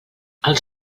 els